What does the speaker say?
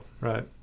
Right